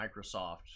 Microsoft